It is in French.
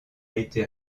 été